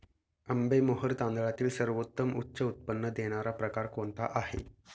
आंबेमोहोर तांदळातील सर्वोत्तम उच्च उत्पन्न देणारा प्रकार कोणता आहे?